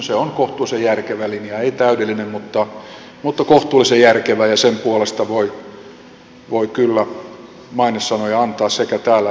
se on kohtuullisen järkevä linja ei täydellinen mutta kohtuullisen järkevä ja sen puolesta voi kyllä mainesanoja antaa sekä täällä että ulkomailla